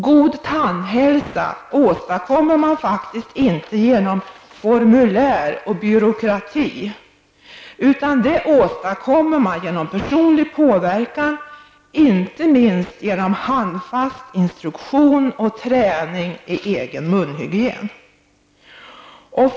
God tandhälsa åstadkommer man inte genom formulär och byråkrati, utan det åstadkommer man genom personlig påverkan, inte minst genom handfast instruktion och träning i egen munhygien.